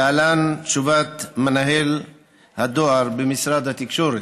להלן תשובת מנהל הדואר במשרד התקשורת: